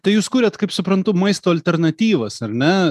tai jūs kuriat kaip suprantu maisto alternatyvas ar ne